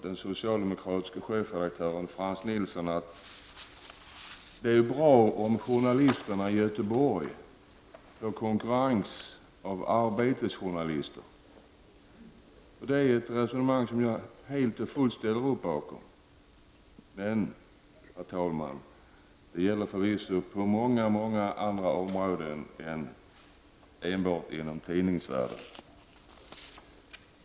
Den socialdemokratiske chefredaktören Frans Nilsson sade då: ''Det är bra om journalisterna i Göteborg får konkurrens av Arbetets journalister''. Det är ett resonemang som jag helt ställer upp bakom. Men, herr talman, det gäller förvisso på många andra områden än inom tidningsvärlden.